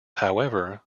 however